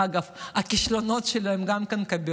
אגב, גם הכישלונות שלו הם כבירים.